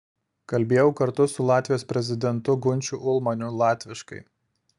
kalbėjau kartu su latvijos prezidentu gunčiu ulmaniu latviškai